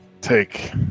take